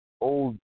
old